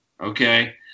okay